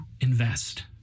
invest